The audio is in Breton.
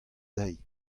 dezhi